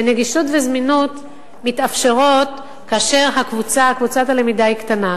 וגמישות וזמינות מתאפשרות כאשר קבוצת הלמידה היא קטנה.